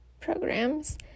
programs